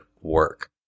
work